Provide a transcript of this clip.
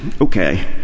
okay